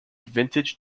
vintage